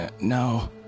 No